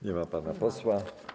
Nie ma pana posła.